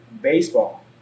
baseball